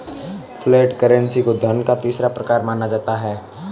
flat currency को धन का तीसरा प्रकार माना जाता है